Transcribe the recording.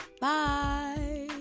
Bye